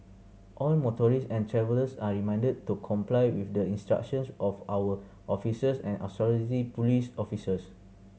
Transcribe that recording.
all motorists and travellers are reminded to comply with the instructions of our officers and police officers